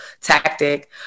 tactic